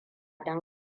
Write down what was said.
don